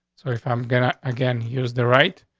so if i'm gonna again, here's the right.